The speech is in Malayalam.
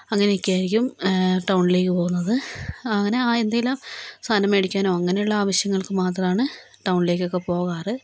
അങ്ങനെ ഒക്കെയായിരിക്കും ടൗണിലേക്ക് പോകുന്നത് അങ്ങനെ എന്തേലും സാധനം മേടിക്കാനോ അങ്ങനെയുള്ള ആവശ്യങ്ങൾക്ക് മാത്രാണ് ടൗണിലേക്കൊക്കെ പോകാറ്